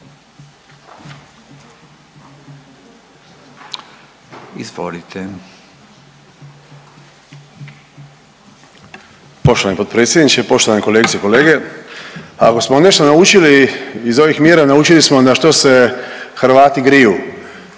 (HDS)** Poštovani potpredsjedniče, poštovane kolegice i kolege. Ako smo nešto naučili iz ovih mjera naučili smo na što se Hrvati griju,